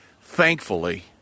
Thankfully